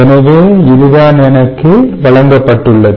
எனவே இதுதான் எனக்கு வழங்கப்பட்டுள்ளது